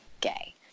gay